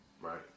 right